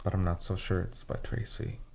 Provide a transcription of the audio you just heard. but i'm not so sure it's by tracy.